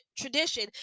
tradition